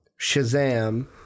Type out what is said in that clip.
Shazam-